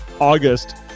August